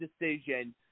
decision